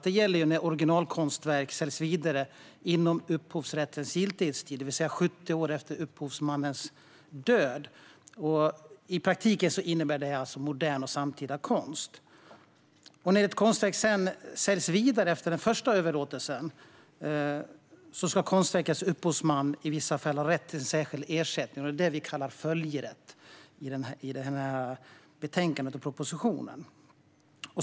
Den gäller när originalkonstverk säljs vidare inom upphovsrättens giltighetstid, det vill säga i 70 år efter upphovsmannens död. I praktiken innebär det alltså modern och samtida konst. När ett konstverk säljs vidare efter den första överlåtelsen ska konstverkets upphovsman i vissa fall ha rätt till särskild ersättning. Det är detta vi kallar för följerätt i betänkandet och propositionen.